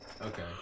Okay